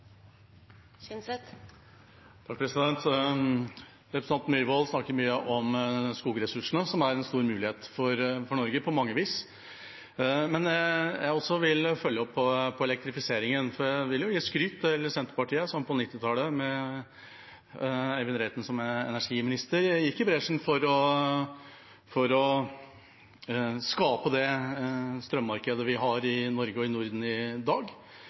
en stor mulighet for Norge på mange vis. Men jeg også vil følge opp på elektrifiseringen, for jeg vil gi skryt til Senterpartiet, som på 1990-tallet, med Eivind Reiten som energiminister, gikk i bresjen for å skape det strømmarkedet vi har i Norge og i Norden i dag